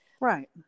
Right